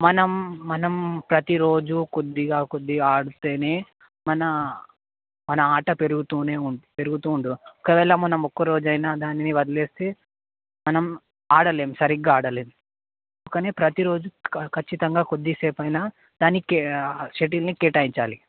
మనం మనం ప్రతి రోజు కొద్దిగా కొద్దిగా ఆడితే మన మన ఆట పెరుగుతు ఉంటుంది పెరుగుతు ఉంటుంది ఒకవేళ మనం ఒక్క రోజు అయిన దాన్ని వదిలేస్తే మనం ఆడలేం సరిగా ఆడలేం కానీ ప్రతి రోజు ఖచ్చితంగా కొద్ది సేపు అయిన దానికి షెటిల్ని కేటాయించాలి